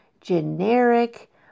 generic